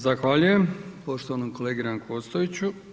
Zahvaljujem poštovanom kolegi Ranku Ostojiću.